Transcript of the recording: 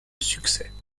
succès